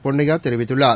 பொன்னையா தெரிவித்துள்ளார்